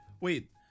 Wait